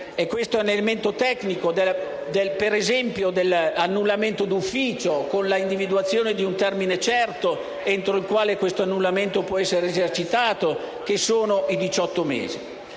questo è un elemento tecnico - per esempio, dell'annullamento d'ufficio, con l'individuazione di un termine certo entro il quale questo annullamento può essere esercitato (che sono i 18 mesi).